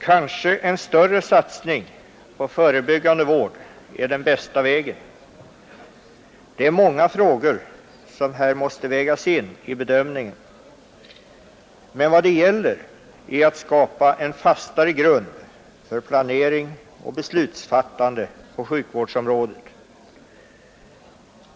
Kanske en större satsning på förebyggande vård är den bästa vägen. Det är många frågor som här måste vägas in i bedömningen, men vad det gäller är att skapa en fastare grund för planering och beslutsfattande på sjukvårdsområdet.